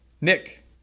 Nick